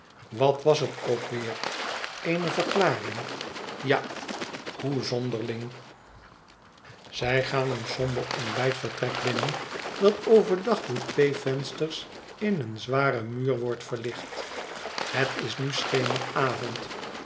wat was het ook weer eene verklaring ja hoe zonderling zij gaan een somber ontbijtvertrek binnen dat over dag door twee vensters in een zwaren muur wordt verlicht het is nu